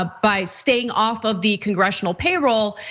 ah by staying off of the congressional payroll.